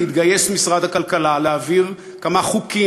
יתגייס משרד הכלכלה להעביר כמה חוקים